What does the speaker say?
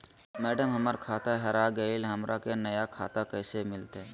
madam, हमर खाता हेरा गेलई, हमरा नया खाता कैसे मिलते